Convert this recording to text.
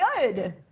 good